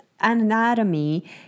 anatomy